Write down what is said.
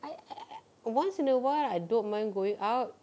I I I once in awhile I don't mind going out